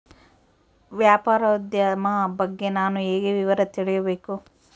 ವ್ಯಾಪಾರೋದ್ಯಮ ಬಗ್ಗೆ ನಾನು ಹೇಗೆ ವಿವರ ತಿಳಿಯಬೇಕು?